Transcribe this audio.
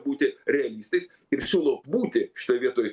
būti realistais ir siūlau būti šitoj vietoj